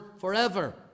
forever